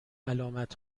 علامت